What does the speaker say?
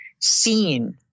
seen